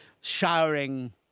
showering